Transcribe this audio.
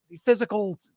physical